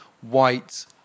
white